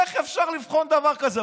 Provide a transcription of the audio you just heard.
איך אפשר לבחון דבר כזה?